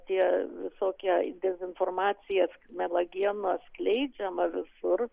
tie visokie dezinformacija melagienos skleidžiama visur